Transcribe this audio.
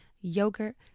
yogurt